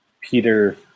Peter